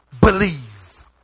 believe